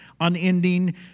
unending